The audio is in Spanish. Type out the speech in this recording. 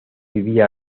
vivía